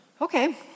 Okay